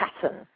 pattern